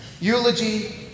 eulogy